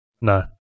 No